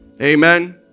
Amen